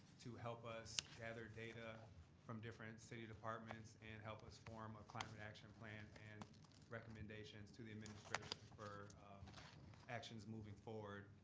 to help us gather data from different city departments. and help us form a climate action plan, and recommendations to the administration for actions moving forward.